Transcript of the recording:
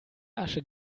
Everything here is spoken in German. asche